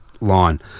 line